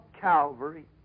Calvary